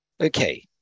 okay